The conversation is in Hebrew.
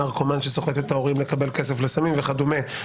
נרקומן שסוחט את ההורים לקבל כסף לסמים וכדומה,